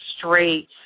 straight